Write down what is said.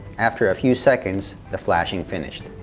after a few seconds the flashing finished.